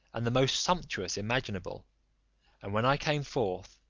and the most sumptuous imaginable and when i came forth,